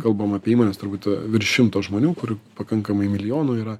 kalbam apie įmones turbūt virš šimto žmonių kur pakankamai milijonų yra